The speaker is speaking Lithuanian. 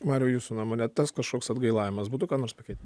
mariau jūsų nuomone tas kažkoks atgailavimas būtų ką nors pakeitę